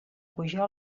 pujar